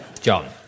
John